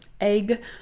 egg